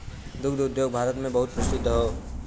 दुग्ध उद्योग भारत मे बहुते प्रसिद्ध हौ